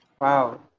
Wow